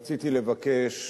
רציתי לבקש